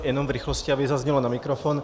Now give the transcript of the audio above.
Jenom v rychlosti, aby zaznělo na mikrofon.